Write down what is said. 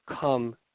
come